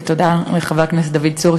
תודה לחבר הכנסת דוד צור,